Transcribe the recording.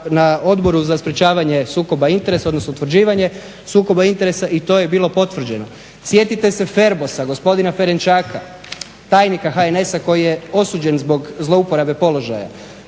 na Odboru za sprječavanje sukoba interesa odnosno utvrđivanje sukoba interesa i to je bilo potvrđeno. Sjetite se Ferbosa gospodina Ferenčaka, tajnika HNS-a koji je osuđen zbog zlouporabe položaja.